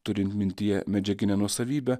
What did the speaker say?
turint mintyje medžiaginę nuosavybę